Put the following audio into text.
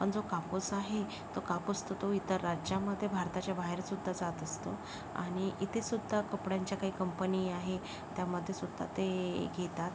पण जो कापूस आहे तो कापूस तर तो इतर राज्यांमध्ये भारताच्या बाहेरसुद्धा जात असतो आणि इथेसुद्धा कपड्यांच्या काही कंपनी आहे त्यामध्येसुद्धा ते घेतात